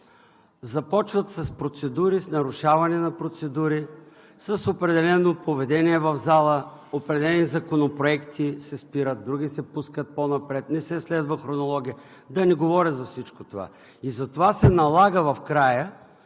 започват с нарушаване на процедури, с определено поведение в зала, определени законопроекти се спират, други се пускат по-напред, не се следва хронология, но да не говоря за всичко това. Затова се налага в края